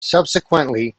subsequently